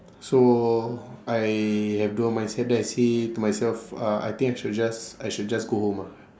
so I have dual mindset then I say to myself uh I think I should just I should just go home ah